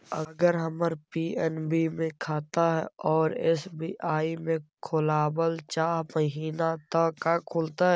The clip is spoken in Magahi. अगर हमर पी.एन.बी मे खाता है और एस.बी.आई में खोलाबल चाह महिना त का खुलतै?